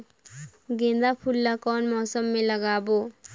गेंदा फूल ल कौन मौसम मे लगाबो?